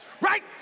Right